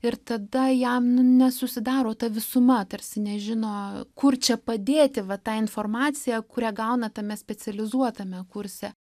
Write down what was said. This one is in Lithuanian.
ir tada jam nu nesusidaro ta visuma tarsi nežinojo kur čia padėti va tą informaciją kurią gauna tame specializuotame kurse